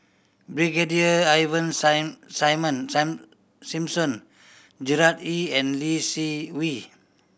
Brigadier Ivan Simson Gerard Ee and Lee Seng Wee